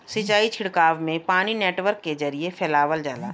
सिंचाई छिड़काव में पानी नेटवर्क के जरिये फैलावल जाला